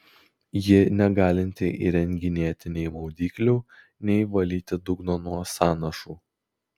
ji negalinti įrenginėti nei maudyklių nei valyti dugno nuo sąnašų